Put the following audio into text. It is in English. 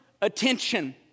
attention